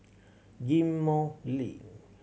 Ghim Moh Link